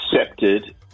accepted